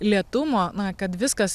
lėtumo na kad viskas